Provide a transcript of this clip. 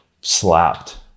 slapped